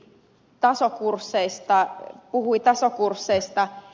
ukkola puhui tasokursseista